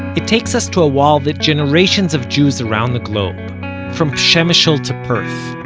it takes us to a wall that generations of jews around the globe from przemysl to perth,